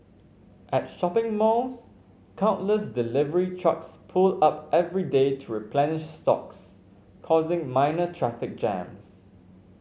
at shopping malls countless delivery trucks pull up every day to replenish stocks causing minor traffic jams